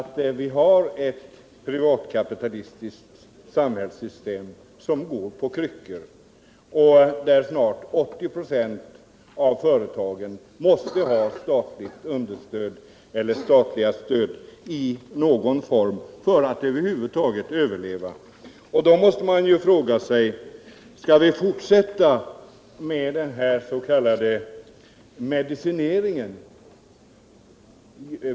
Vi har ett privatkapitalistiskt samhällssystem som går på kryckor, där snart 80 96 av företagen måste ha statligt understöd eller stöd i någon form för att över huvud taget överleva. Då måste man fråga sig om vi skall fortsätta med den s.k. medicineringen.